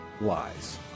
lies